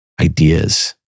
ideas